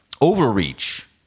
overreach